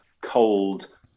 cold